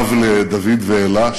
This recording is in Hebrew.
אב לדוד ואלה,